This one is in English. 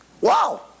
Wow